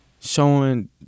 showing